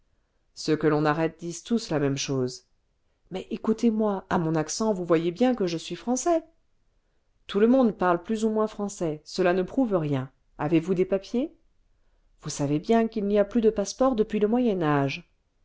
ceux que l'on arrête disent tous la même chose mais écoutezmoi à mon accent vous voyez bien que je suis français tout le inonde parle plus on moins français cela ne prouve rien avez-vous des papiers vous savez bien qu'il n'y a plus de passeports depuis le